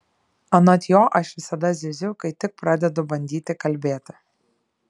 anot jo aš visada zyziu kai tik pradedu bandyti kalbėti